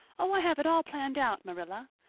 oh, i have it all planned out, marilla.